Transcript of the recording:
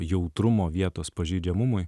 jautrumo vietos pažeidžiamumui